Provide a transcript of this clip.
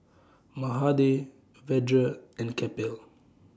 Mahade Vedre and Kapil